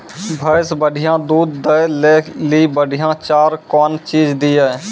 भैंस बढ़िया दूध दऽ ले ली बढ़िया चार कौन चीज दिए?